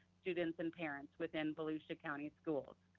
students and parents within volusia county schools.